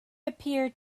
appeared